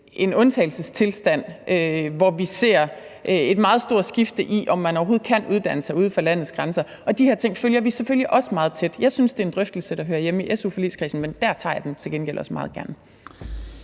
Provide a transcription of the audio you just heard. en undtagelsestilstand, hvor vi ser et meget stort skifte, med hensyn til om man overhovedet kan uddanne sig uden for landets grænser. Og de her ting følger vi selvfølgelig også meget tæt. Jeg synes, det er en drøftelse, der hører hjemme i su-forligskredsen, men der tager jeg den til gengæld også meget gerne.